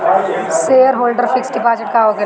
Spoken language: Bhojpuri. सेयरहोल्डर फिक्स डिपाँजिट का होखे ला?